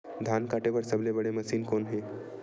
धान काटे बार सबले बने मशीन कोन हे?